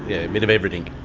a bit of everything.